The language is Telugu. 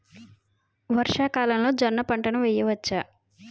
వర్షాకాలంలో జోన్న పంటను వేయవచ్చా?